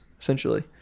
essentially